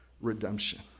redemption